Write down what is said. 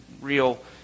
real